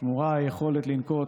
שמורה היכולת לנקוט